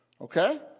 okay